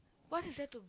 what is there to